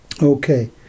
Okay